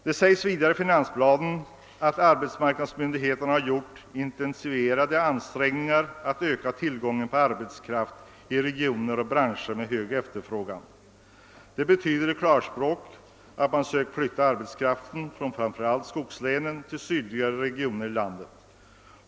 Det sägs vidare i finansplanen att arbetsmarknadsmyndigheterna gjort intensifierade ansträngningar för att öka tillgången på arbetskraft i regioner och branscher med hög efterfrågan. Detta betyder i klarspråk att man sökt flytta arbetskraften från framför allt skogslänen till sydligare regioner i landet.